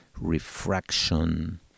Refraction